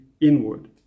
inward